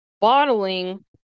bottling